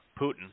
Putin